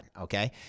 Okay